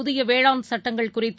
புதியவேளாண் சட்டங்கள் குறித்து